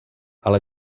ale